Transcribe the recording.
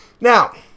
Now